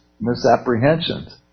misapprehensions